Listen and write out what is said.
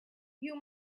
you